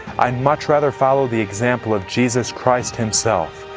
i'd much rather follow the example of jesus christ himself.